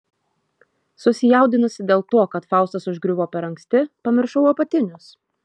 susijaudinusi dėl to kad faustas užgriuvo per anksti pamiršau apatinius